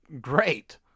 great